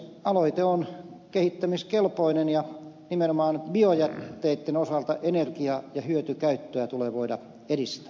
aloite on kehittämiskelpoinen ja nimenomaan biojätteitten osalta energia ja hyötykäyttöä tulee voida edistää